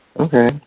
Okay